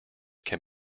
can